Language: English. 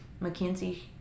Mackenzie